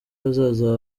hazaza